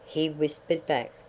he whispered back.